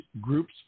Group's